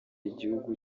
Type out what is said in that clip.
igihugu